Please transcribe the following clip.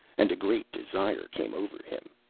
and a great desire came over him,